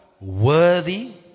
worthy